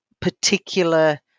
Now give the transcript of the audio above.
particular